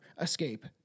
escape